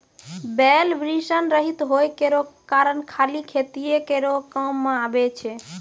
बैल वृषण रहित होय केरो कारण खाली खेतीये केरो काम मे आबै छै